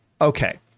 Okay